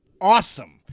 awesome